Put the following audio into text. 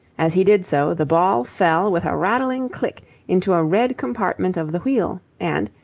as he did so, the ball fell with a rattling click into a red compartment of the wheel and,